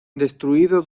destruido